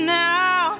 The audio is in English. now